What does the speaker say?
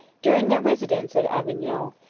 during their residence at avignon,